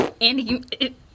Andy